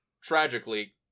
tragically